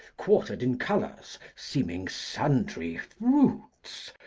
quartered in colours, seeming sundry fruits,